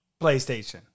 PlayStation